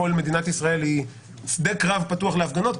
כל מדינת ישראל היא שדה קרב פתוח להפגנות,